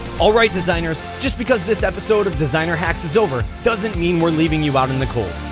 all right, designers! just because this episode of designer hacks is over, doesn't mean we're leaving you out in the cold!